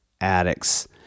addicts